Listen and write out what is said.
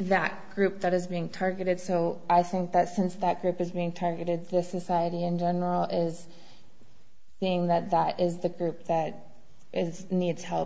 that group that is being targeted so i think that since that group is being targeted for society in general is being that that is the group that is needs help